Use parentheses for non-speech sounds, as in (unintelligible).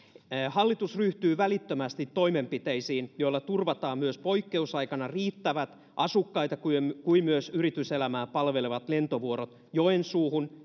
hallitus ryhtyy välittömästi toimenpiteisiin joilla turvataan myös poikkeusaikana riittävät asukkaita kuin kuin myös yrityselämää palvelevat lentovuorot joensuuhun (unintelligible)